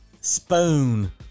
spoon